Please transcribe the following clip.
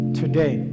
today